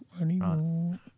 anymore